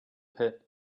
pit